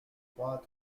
trois